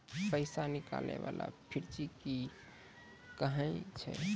पैसा निकाले वाला पर्ची के की कहै छै?